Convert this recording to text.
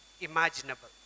imaginable